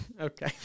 Okay